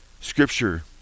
Scripture